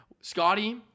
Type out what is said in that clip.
Scotty